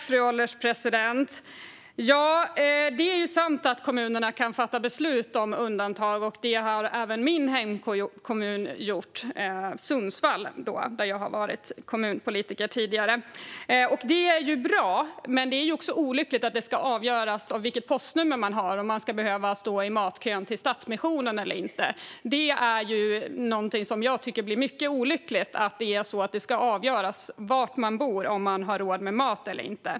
Fru ålderspresident! Det är sant att kommunerna kan fatta beslut om undantag, och det har även min hemkommun Sundsvall gjort - där jag tidigare har varit kommunpolitiker. Det är bra, men det är också olyckligt att ens postnummer ska avgöra om man ska stå i matkön till Stadsmissionen eller inte. Det är olyckligt att det ska avgöras av var man bor om man har råd med mat eller inte.